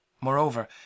Moreover